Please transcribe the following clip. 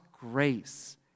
grace